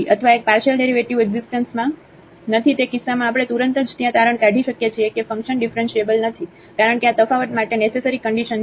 અથવા એક partial derivative એકઝીસ્ટન્સમાં નથી તે કિસ્સામાં આપણે તુરંત જ ત્યાં તારણ કાઢી શકીએ છીએ કે ફંકશન ઙીફરન્શીએબલ નથી કારણ કે આ તફાવત માટે નેસેસરી કન્ડિશન છે